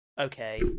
Okay